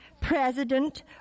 president